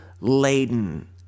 laden